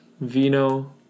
vino